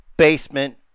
Basement